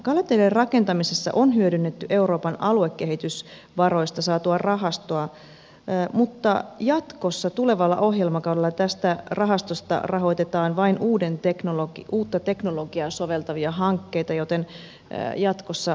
kalateiden rakentamisessa on hyödynnetty euroopan aluekehitysvaroista saatua rahastoa mutta jatkossa tulevalla ohjelmakaudella tästä rahastosta rahoitetaan vain uutta teknologiaa soveltavia hankkeita joten jatkossa rahoitus vaikeutuu